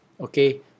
okay